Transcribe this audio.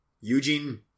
Eugene